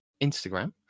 Instagram